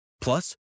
Plus